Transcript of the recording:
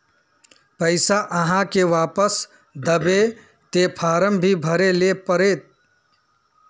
पैसा आहाँ के वापस दबे ते फारम भी भरें ले पड़ते?